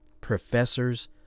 professors